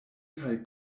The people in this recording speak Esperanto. kaj